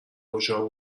گشا